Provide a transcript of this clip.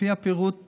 לפי הפירוט כדלהלן: